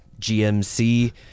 GMC